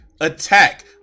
attack